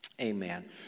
Amen